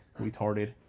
retarded